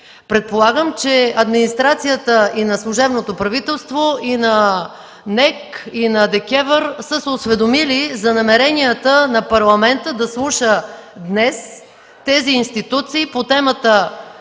Предполагам, че администрацията и на служебното правителство, и на НЕК, и на ДКЕВР са се осведомили за намеренията на Парламента да слуша днес тези институции по темата